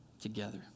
together